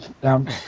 Down